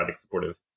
supportive